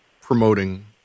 promoting